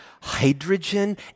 Hydrogen